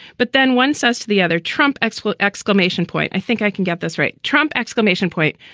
but then one says to the other, trump x will exclamation point. i think i can get this right. trump exclamation point.